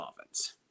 offense